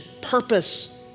purpose